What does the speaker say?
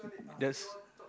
there's